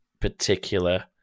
particular